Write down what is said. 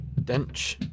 Dench